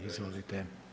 Izvolite.